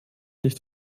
nicht